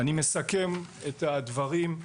אני מסכם את הדברים.